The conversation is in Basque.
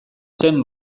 zen